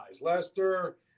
Lester